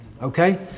okay